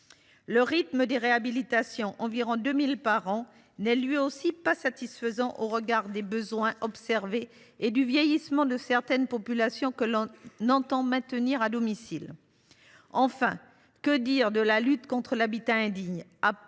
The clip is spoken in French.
Le rythme des réhabilitations, environ 2 000 par an, n’est pas non plus satisfaisant, au regard des besoins observés et du vieillissement de certaines populations que l’on entend maintenir à domicile. Enfin, que dire de la lutte contre l’habitat indigne ?